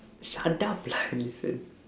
shut up lah listen